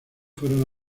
fueron